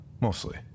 Mostly